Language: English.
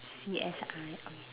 C_S_I okay